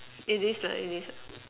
it is lah it is lah